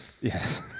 Yes